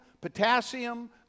potassium